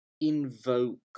invoke